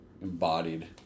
embodied